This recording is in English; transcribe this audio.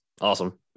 Awesome